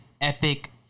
epic